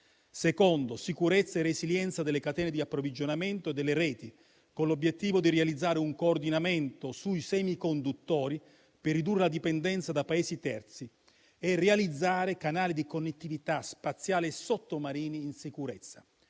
la sicurezza e resilienza delle catene di approvvigionamento e delle reti, con l'obiettivo di realizzare un coordinamento sui semiconduttori per ridurre la dipendenza da Paesi terzi e realizzare canali di connettività spaziali e sottomarini in sicurezza.